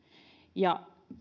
ja